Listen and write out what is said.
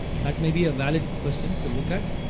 that may be a valid question to look at,